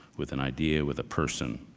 with an idea, with a person.